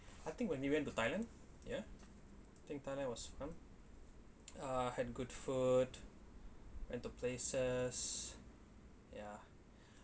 I think when you went to thailand ya I think thailand was fun uh had good food and the places ya